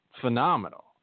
phenomenal